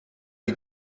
die